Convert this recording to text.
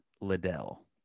Liddell